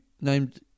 named